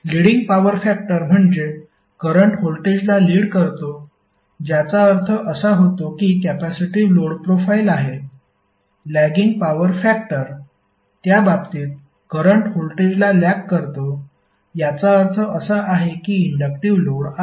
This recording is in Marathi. लीडिंग पॉवर फॅक्टर म्हणजे करंट व्होल्टेजला लीड करतो ज्याचा अर्थ असा होतो की कॅपेसिटिव्ह लोड प्रोफाइल आहे लॅगिंग पॉवर फॅक्टर त्या बाबतीत करंट व्होल्टेजला लॅग करतो याचा अर्थ असा आहे की इंडक्टिव्ह लोड आहे